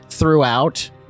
Throughout